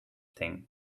thing